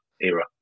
era